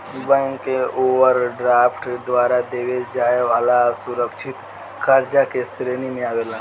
bank overdraft द्वारा देवे जाए वाला असुरकछित कर्जा के श्रेणी मे आवेला